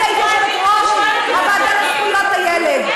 אני הייתי יושבת-ראש הוועדה לזכויות הילד.